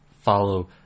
follow